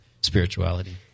spirituality